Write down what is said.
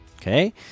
okay